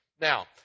now